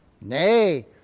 Nay